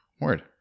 Word